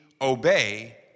obey